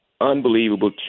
unbelievable